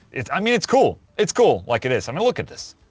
it's. i mean, it's cool. it's cool like it is, i mean look at this.